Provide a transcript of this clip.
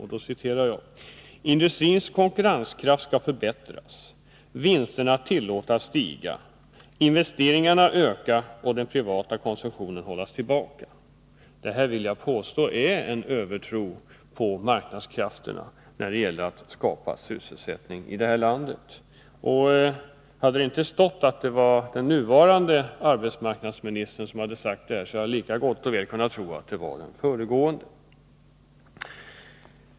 Jag citerar: ”- Industrins konferenskraft skall förbättras, vinsterna tillåtas stiga, investeringarna öka och den privata konsumtionen hållas tillbaka.” Det vill jag påstå är en övertro på marknadskrafterna när det gäller att skapa sysselsättning i det här landet. Om det inte hade stått att det var den nuvarande arbetsmarknadsministern som hade sagt det här, hade jag gott och väl kunnat tro att det var den föregående.